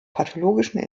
pathologischen